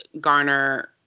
garner